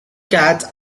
cats